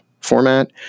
format